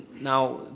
Now